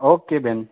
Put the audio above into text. okay બેન